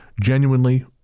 Genuinely